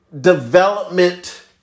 development